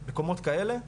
מקומות כאלה,